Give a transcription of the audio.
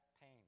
pain